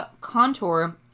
contour